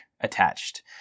attached